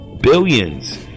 billions